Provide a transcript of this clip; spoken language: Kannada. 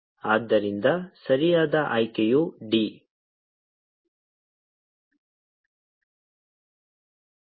ಆದ್ದರಿಂದ ಸರಿಯಾದ ಆಯ್ಕೆಯು D